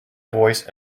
voice